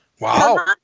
wow